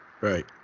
Right